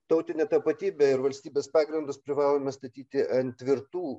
tautinę tapatybę ir valstybės pagrindus privalome statyti ant tvirtų